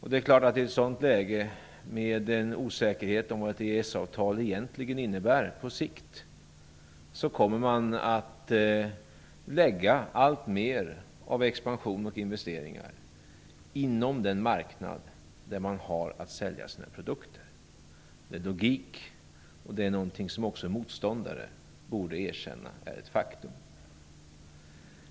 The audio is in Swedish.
I ett sådant läge, med en osäkerhet om vad ett EES-avtal egentligen innebär på sikt, kommer man att lägga alltmer av expansion och investeringar inom den marknad där man har att sälja sina produkter. Det är logiskt och någonting som också motståndare borde erkänna som ett faktum.